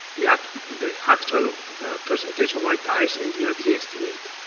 the ah the actual presentation of white tiles and the ah the estimate.